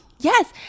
yes